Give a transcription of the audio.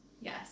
Yes